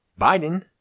Biden